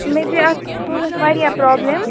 مےٚ گٔے اَتھ فوٗنس وارِیاہ پرٛابلِم